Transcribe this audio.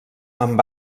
amb